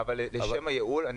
לשם הייעול,